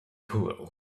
pool